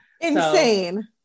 Insane